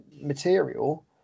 material